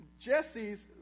Jesse's